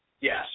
Yes